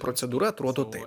procedūra atrodo taip